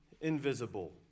invisible